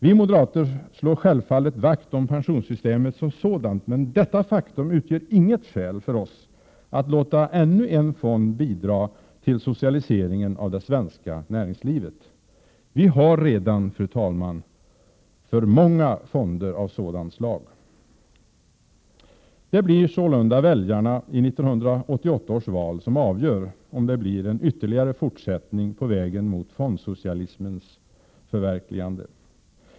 Vi moderater slår självfallet vakt om pensionssystemet som sådant, men detta faktum utgör inget skäl för oss att låta ännu en fond bidra till socialiseringen av det svenska näringslivet. Vi har redan för många fonder av sådant slag. Det blir sålunda väljarna i 1988 års val som avgör om det blir en ytterligare fortsättning på vägen mot fondsocialismens förverkligande.